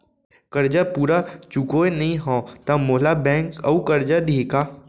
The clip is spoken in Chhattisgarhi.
करजा पूरा चुकोय नई हव त मोला बैंक अऊ करजा दिही का?